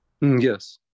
Yes